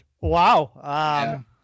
Wow